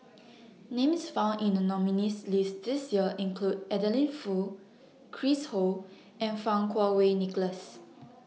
Names found in The nominees' list This Year include Adeline Foo Chris Ho and Fang Kuo Wei Nicholas